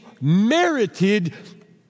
merited